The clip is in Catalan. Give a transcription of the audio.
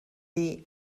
dir